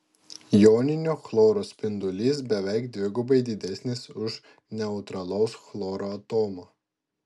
joninio chloro spindulys beveik dvigubai didesnis už neutralaus chloro atomo